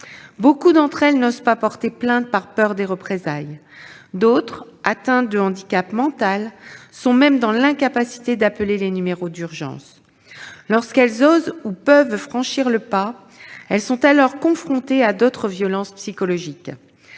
Beaucoup d'entre elles n'osent pas porter plainte par peur des représailles. D'autres, atteintes de handicap mental, sont même dans l'incapacité d'appeler les numéros d'urgence. Lorsqu'elles osent ou peuvent franchir le pas, elles sont alors confrontées à d'autres violences psychologiques.